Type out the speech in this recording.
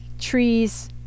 trees